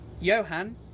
Johan